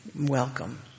Welcome